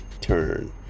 turn